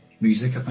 music